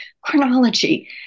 Chronology